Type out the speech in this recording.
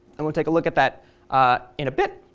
and we'll take a look at that in a bit.